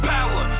Power